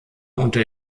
unter